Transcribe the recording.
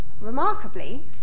remarkably